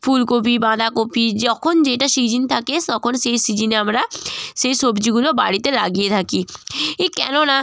ফুলকপি বাঁধাকপি যখন যেটা সিজন থাকে তখন সেই সিজনে আমরা সেই সবজিগুলো বাড়িতে লাগিয়ে থাকি ই কেননা